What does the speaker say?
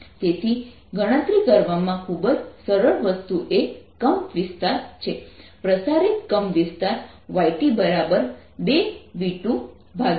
તેથી ગણતરી કરવામાં ખૂબ જ સરળ વસ્તુ એ કંપવિસ્તાર છે પ્રસારિત કંપવિસ્તાર yt 2v2v1v2yIncident છે